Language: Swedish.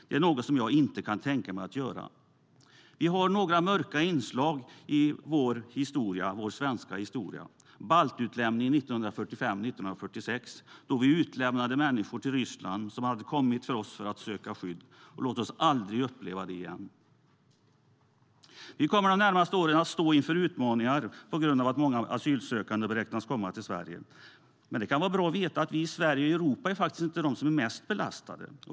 Det är något som jag inte kan tänka mig att göra. Vi kommer de närmaste åren att stå inför utmaningar på grund av att många asylsökande beräknas komma till Sverige. Men det kan vara bra att veta att vi i Sverige och i Europa inte är de som är mest belastade.